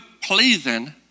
pleasing